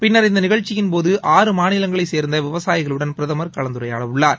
பின்னர் இந்த நிகழ்ச்சியின் போது ஆறு மாநிலங்களைச் சேர்ந்த விவசாயிகளுடன் பிரதமர் கலந்துரையாடவுள்ளார்